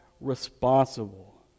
responsible